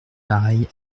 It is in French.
pareille